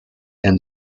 and